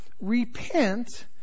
Repent